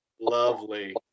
lovely